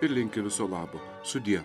ir linki viso labo sudie